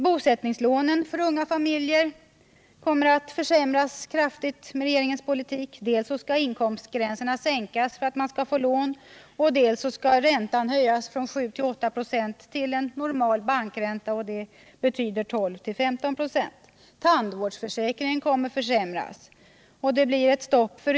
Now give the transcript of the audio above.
Bosättningslånen för unga familjer kommer att försämras kraftigt med regeringens politik. Dels skall inkomstgränserna för erhållande av lån sänkas, dels skall räntan höjas från 7-8 96 till normal bankränta, dvs. till mellan 12 och 15 96. Tandvårdsförsäkringen försämras.